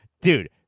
dude